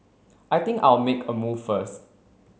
I think I'll make a move first